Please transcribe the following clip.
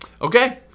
Okay